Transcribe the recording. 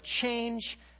change